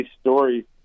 story